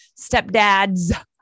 stepdads